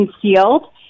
concealed